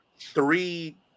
three